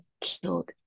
killed